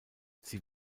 sie